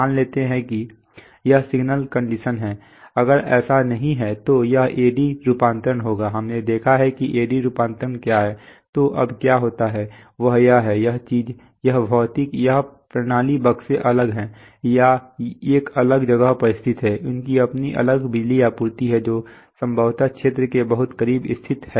मान लेते हैं कि यह सिग्नल कंडीशन है अगर ऐसा नहीं है तो यह AD रूपांतरण होगा हमने देखा है कि एडी रूपांतरण क्या है तो अब क्या होता है वह है यह चीज यह भौतिक यह प्रणाली बक्से अलग हैं या एक अलग जगह पर स्थित हैं उनकी अपनी अलग बिजली आपूर्ति है जो संभवतः क्षेत्र के बहुत करीब स्थित हैं